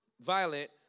violent